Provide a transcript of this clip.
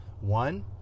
One